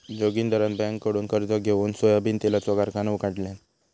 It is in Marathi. जोगिंदरान बँककडुन कर्ज घेउन सोयाबीन तेलाचो कारखानो काढल्यान